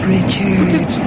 Richard